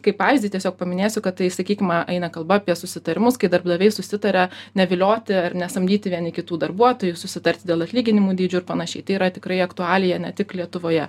kaip pavyzdį tiesiog paminėsiu kad tai sakykim a eina kalba apie susitarimus kai darbdaviai susitaria nevilioti ar nesamdyti vieni kitų darbuotojų susitarti dėl atlyginimų dydžių ir panašiai tai yra tikrai aktualija ne tik lietuvoje